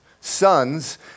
sons